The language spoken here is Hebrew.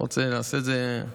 רוצה שנעשה את זה,